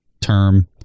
term